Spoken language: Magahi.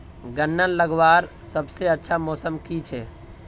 गन्ना लगवार सबसे अच्छा मौसम की छे?